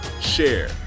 share